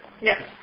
Yes